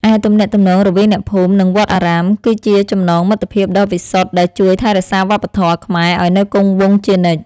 ឯទំនាក់ទំនងរវាងអ្នកភូមិនិងវត្តអារាម គឺជាចំណងមិត្តភាពដ៏វិសុទ្ធដែលជួយថែរក្សាវប្បធម៌ខ្មែរឱ្យនៅគង់វង្សជានិច្ច។